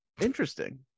Interesting